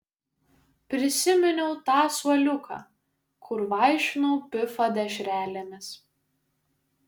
prisiminiau tą suoliuką kur vaišinau pifą dešrelėmis